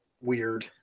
weird